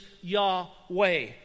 Yahweh